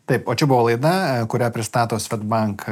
taip o čia buvo laida kurią pristato swedbank